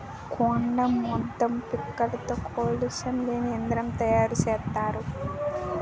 కొండాముదం పిక్కలతో కాలుష్యం లేని ఇంధనం తయారు సేత్తారు